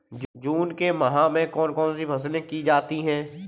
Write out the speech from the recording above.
जून के माह में कौन कौन सी फसलें की जाती हैं?